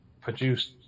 produced